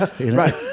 right